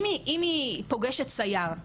אם היא פוגשת סייר,